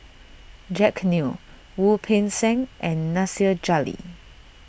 Jack Neo Wu Peng Seng and Nasir Jalil